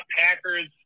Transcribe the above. Packers